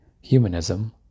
humanism